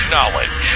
Knowledge